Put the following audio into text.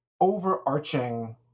overarching